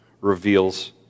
reveals